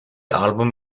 album